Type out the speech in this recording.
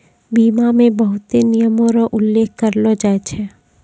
बीमा मे बहुते नियमो र उल्लेख करलो जाय छै